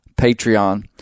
Patreon